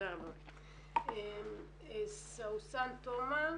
סאוסאן תומא,